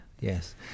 yes